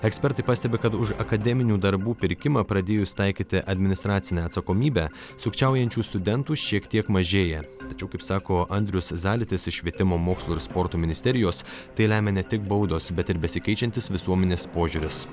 ekspertai pastebi kad už akademinių darbų pirkimą pradėjus taikyti administracinę atsakomybę sukčiaujančių studentų šiek tiek mažėja tačiau kaip sako andrius zalytis iš švietimo mokslo ir sporto ministerijos tai lemia ne tik baudos bet ir besikeičiantis visuomenės požiūris